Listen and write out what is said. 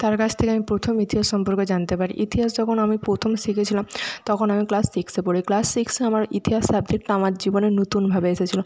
তার কাছ থেকে আমি প্রথম ইতিহাস সম্পর্কে জানতে পারি ইতিহাস যখন আমি প্রথম শিখেছিলাম তখন আমি ক্লাস সিক্সে পড়ি ক্লাস সিক্সে আমার ইতিহাস সাবজেক্টটা আমার জীবনে নতুনভাবে এসেছিলো